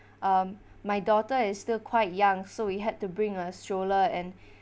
um my daughter is still quite young so we had to bring a stroller and